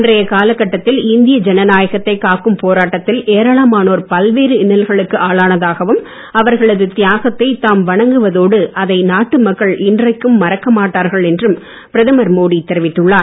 அன்றைய கால கட்டத்தில் இந்திய ஜனநாயகத்தை காக்கும் போராட்டத்தில் ஏராளமானோர் பல்வேறு இன்னல்களுக்கு ஆளானதாகவும் அவர்களது தியாகத்தை தாம் வணங்குவதோடு அதை நாட்டு மக்கள் இன்றைக்கும் மறக்க மாட்டார்கள் என்றும் பிரதமர் மோடி தெரிவித்துள்ளார்